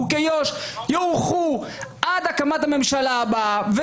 חוקי יו"ש יוארכו עד הקמת הממשלה הבאה,